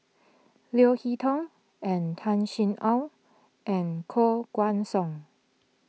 Leo Hee Tong and Tan Sin Aun and Koh Guan Song